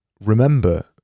remember